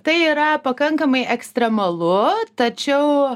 tai yra pakankamai ekstremalu tačiau